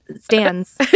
stands